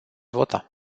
vota